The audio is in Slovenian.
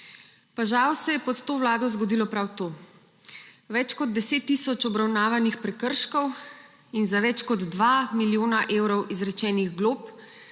Pa žal se je pod to vlado zgodilo prav to. Več kot 10 tisoč obravnavanih prekrškov in za več kot 2 milijona evrov izrečenih glob